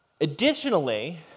additionally